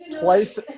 twice